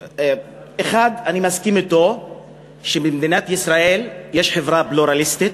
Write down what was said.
1. אני מסכים אתו שבמדינת ישראל יש חברה פלורליסטית,